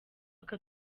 aka